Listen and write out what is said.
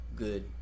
good